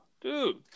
Dude